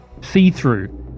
see-through